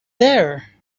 there